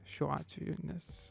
šiuo atveju nes